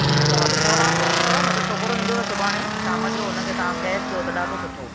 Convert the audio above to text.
ठीकु आहे हलो सोरहं सौ थियव मुंहिंजो छोकिरो ईंदुव सुभाणे शामु जो हुनखे तव्हां कैश ॾियो त ॾाढो सुठो